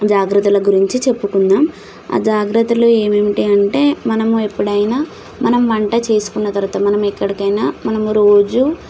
జాగ్రత్తల గురించి చెప్పుకుందాం ఆ జాగ్రత్తలు ఏమేమిటి అంటే మనం ఎప్పుడైనా మనం వంట చేసుకున్న తర్వాత మనము ఎక్కడికైనా మనము రోజు